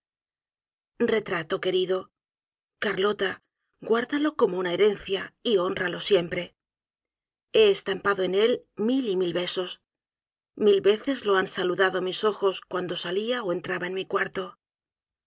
retrato querido carlota guárdalo como una herencia y hónralo siempre he estampado en él mil y mil besos mil veces lo han saludado mis ojos cuando salía ó entraba en mi cuarto